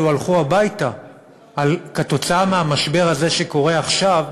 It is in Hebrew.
הלכו הביתה כתוצאה מהמשבר הזה שקורה עכשיו,